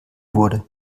wurde